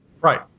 Right